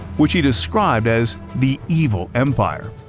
which he described as the evil empire,